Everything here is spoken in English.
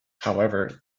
however